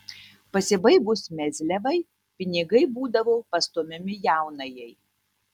pasibaigus mezliavai pinigai būdavo pastumiami jaunajai